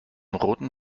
roten